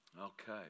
okay